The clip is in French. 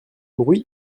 bruit